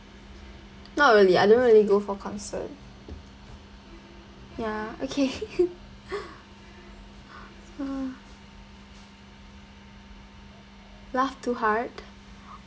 not really I don't really go for concert ya okay uh laugh too hard